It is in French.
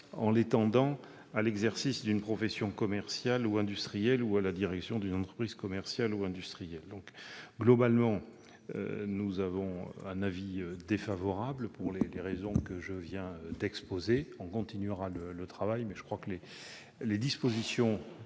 en l'étendant à l'exercice d'une profession commerciale ou industrielle, ou à la direction d'une entreprise commerciale ou industrielle. Globalement, le Gouvernement émet un avis défavorable sur cet amendement pour les raisons que je viens d'exposer. On continuera le travail entamé, mais je crois que les dispositions